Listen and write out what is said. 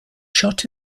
shot